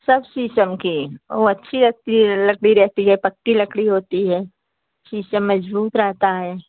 सब शीशम की वह अच्छी लकड़ी रहती है पक्की लकड़ी होती है शीशम में रहता है